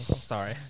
Sorry